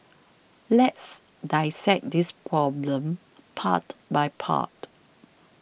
let's dissect this problem part by part